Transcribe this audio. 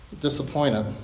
disappointed